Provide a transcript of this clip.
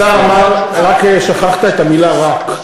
השר אמר, ורק שכחת את המילה "רק".